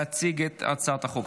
להציג את הצעת החוק.